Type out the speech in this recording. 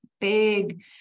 big